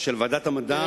של ועדת המדע,